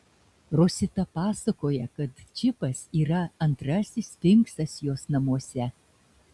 rosita pasakoja kad čipas yra antrasis sfinksas jos namuose